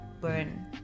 burn